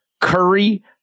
Curry